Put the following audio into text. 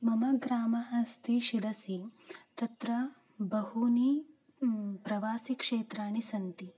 मम ग्रामः अस्ति शिरसि तत्र बहूनि प्रवासीक्षेत्राणि सन्ति